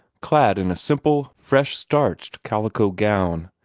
clad in a simple, fresh-starched calico gown,